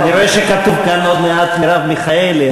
אני רואה שכתוב כאן: עוד מעט מרב מיכאלי,